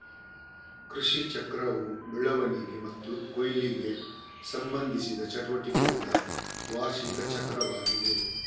ಕೃಷಿಚಕ್ರವು ಬೆಳವಣಿಗೆ ಮತ್ತು ಕೊಯ್ಲಿಗೆ ಸಂಬಂಧಿಸಿದ ಚಟುವಟಿಕೆಗಳ ವಾರ್ಷಿಕ ಚಕ್ರವಾಗಿದೆ